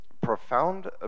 profound